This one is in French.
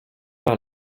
par